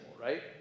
right